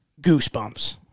goosebumps